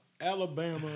Alabama